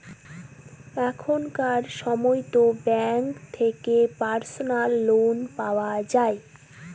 এখনকার সময়তো ব্যাঙ্ক থেকে পার্সোনাল লোন পাওয়া যায়